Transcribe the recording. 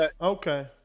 Okay